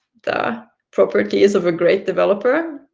the properties of a great developer.